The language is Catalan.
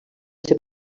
ser